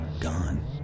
gone